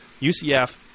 UCF